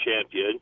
champion